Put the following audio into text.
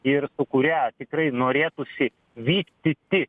ir kuria tikrai norėtųsi vystiti